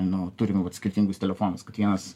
nu turim vat skirtingus telefonus kad vienas